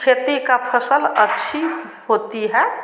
खेती का फसल अच्छी होती है